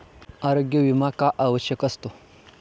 आरोग्य विमा का आवश्यक असतो?